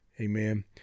Amen